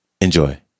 Enjoy